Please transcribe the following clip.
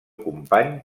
company